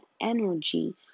energy